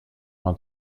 man